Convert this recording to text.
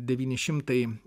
devyni šimtai